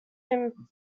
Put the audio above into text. him